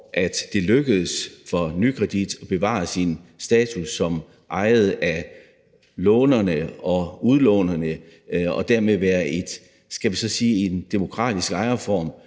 at det lykkedes for Nykredit at bevare sin status som ejet af lånerne og udlånerne og dermed være en, skal vi så sige demokratisk ejerform,